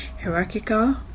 hierarchical